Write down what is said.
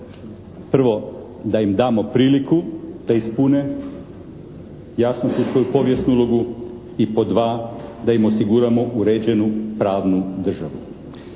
Prvo da im damo priliku da ispune jasno tu svoju povijesnu ulogu i pod dva, da im osiguramo uređenu pravnu državu.